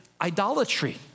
idolatry